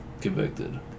convicted